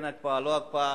כן הקפאה לא הקפאה,